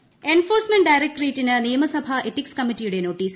D enforcement ഡയറക്ടറേറ്കിന് ് നിയമസഭാ എത്തിക്സ് കമ്മിറ്റിയുടെ നോട്ടീസ്